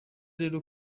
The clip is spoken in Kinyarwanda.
rero